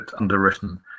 underwritten